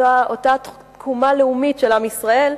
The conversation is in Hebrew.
אותה תקומה לאומית של עם ישראל,